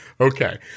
Okay